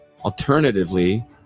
Alternatively